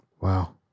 wow